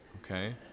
okay